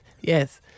Yes